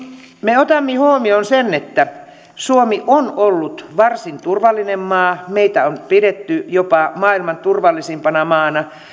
me otamme huomioon sen että suomi on ollut varsin turvallinen maa meitä on pidetty jopa maailman turvallisimpana maana